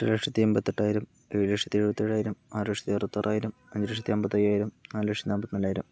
എട്ടു ലക്ഷത്തി എൺപത്തെട്ടായിരം ഏഴുലക്ഷത്തി എഴുപത്തി ഏഴായിരം ആറൂ ലക്ഷത്തി അറുപത്താറായിരം അഞ്ചു ലക്ഷത്തി അമ്പത്തയ്യായിരം നാലു ലക്ഷത്തി നാല്പത്തി നാലായിരം